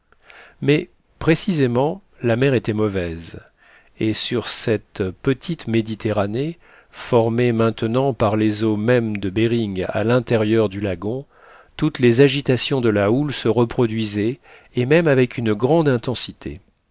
mais précisément la mer était mauvaise et sur cette petite méditerranée formée maintenant par les eaux mêmes de behring à l'intérieur du lagon toutes les agitations de la houle se reproduisaient et même avec une grande intensité